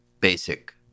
basic